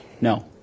no